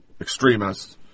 extremists